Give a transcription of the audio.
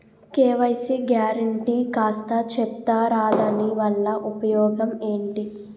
KYC guarantee కాస్త చెప్తారాదాని వల్ల ఉపయోగం ఎంటి?